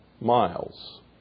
miles